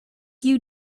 you